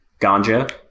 ganja